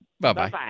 Bye-bye